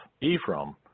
Ephraim